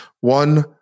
one